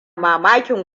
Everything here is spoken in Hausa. mamakin